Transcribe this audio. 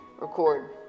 record